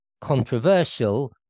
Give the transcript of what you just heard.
controversial